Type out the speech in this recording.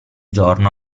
giorno